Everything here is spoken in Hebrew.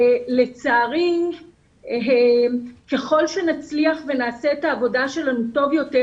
לצערי ככל שנצליח ונעשה את העבודה שלנו טוב יותר,